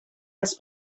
els